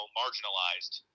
marginalized